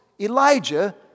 Elijah